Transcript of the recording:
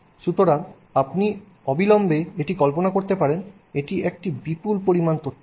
সুতরাং আপনি অবিলম্বে এটি কল্পনা করতে পারেন এটি একটি বিপুল পরিমাণ তথ্য